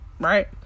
right